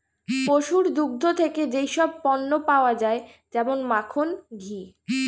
পশুর দুগ্ধ থেকে যেই সব পণ্য পাওয়া যায় যেমন মাখন, ঘি